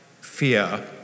fear